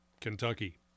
Kentucky